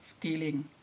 dealing